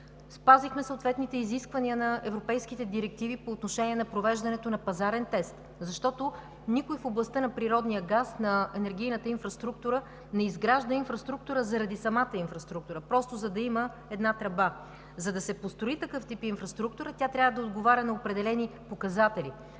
Спазихме съответните изисквания на европейските директиви по отношение провеждането на пазарен тест. Никой в областта на природния газ, на енергийната инфраструктура не изгражда инфраструктура заради самата инфраструктура, просто за да има една тръба. За да се построи такъв тип инфраструктура, тя трябва да отговаря на определени показатели.